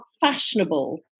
fashionable